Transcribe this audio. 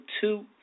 two